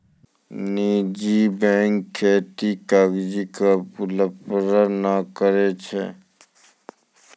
निजी बैंक बेसी कागजी लफड़ा नै करै छै